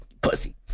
pussy